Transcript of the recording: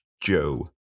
Joe